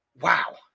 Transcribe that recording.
Wow